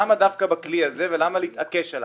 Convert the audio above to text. למה דווקא בכלי הזה ולמה להתעקש עליו.